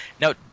Now